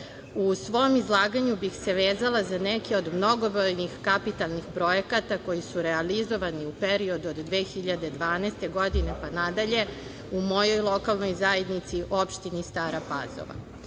svom izlaganju bih se vezala za neke od mnogobrojnih kapitalnih projekata koji su realizovani u periodu od 2012. godine pa nadalje u mojoj lokalnoj zajednici, opštini Stara Pazova,